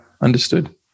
Understood